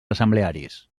assemblearis